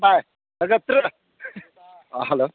ꯑꯥ hello